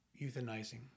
euthanizing